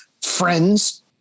friends